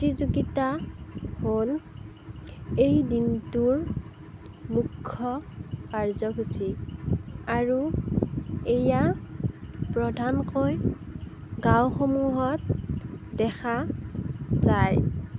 প্ৰতিযোগিতা হ'ল এই দিনটোৰ মুখ্য কাৰ্যসূচী আৰু এয়া প্ৰধানকৈ গাঁওসমূহত দেখা যায়